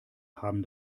haben